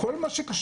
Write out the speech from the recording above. כל מה שקשור